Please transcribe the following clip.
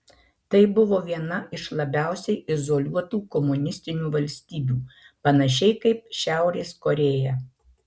tai buvo viena iš labiausiai izoliuotų komunistinių valstybių panašiai kaip šiaurės korėja